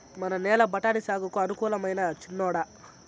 మన నేల బఠాని సాగుకు అనుకూలమైనా చిన్నోడా